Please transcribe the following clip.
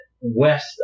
west